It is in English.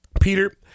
Peter